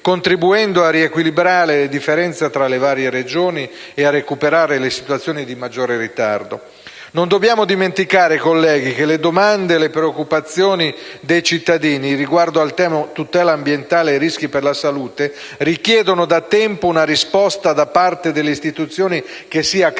contribuendo a riequilibrare le differenze tra le varie Regioni e a recuperare le situazioni di maggiore ritardo. Non dobbiamo dimenticare, colleghi, che le domande e le preoccupazioni dei cittadini riguardo al tema della tutela ambientale e dei rischi per la salute richiedono da tempo una risposta da parte delle istituzioni, che sia credibile